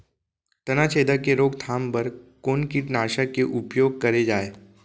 तनाछेदक के रोकथाम बर कोन कीटनाशक के उपयोग करे जाये?